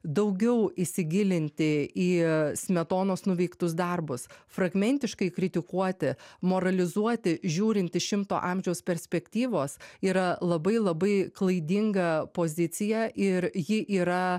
daugiau įsigilinti į smetonos nuveiktus darbus fragmentiškai kritikuoti moralizuoti žiūrint iš šimto amžiaus perspektyvos yra labai labai klaidinga pozicija ir ji yra